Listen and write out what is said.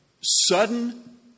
sudden